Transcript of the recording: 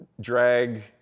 drag